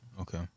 Okay